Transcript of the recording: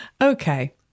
Okay